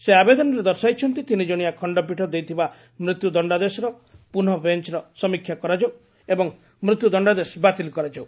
ସେ ଆବେଦନରେ ଦର୍ଶାଇଛନ୍ତି ତିନି ଜଣିଆ ଖଣ୍ଡପୀଠ ଦେଇଥିବା ମୃତ୍ୟୁ ଦଶ୍ଡାଦେଶର ପୂର୍ଣ୍ଣ ବେଞ୍ଚର ସମୀକ୍ଷା କରାଯାଉ ଏବଂ ମୃତ୍ୟୁ ଦଶ୍ଡାଦେଶ ବାତିଲ୍ କରାଯାଉ